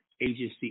agency